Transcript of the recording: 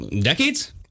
decades